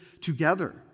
together